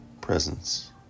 presence